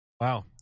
Wow